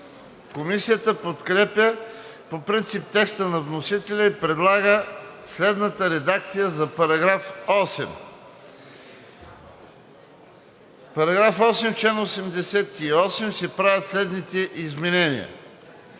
Комисията подкрепя по принцип текста на вносителя и предлага следната редакция на § 8: „§ 8. В чл. 88 се правят следните изменения: